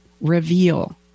reveal